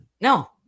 No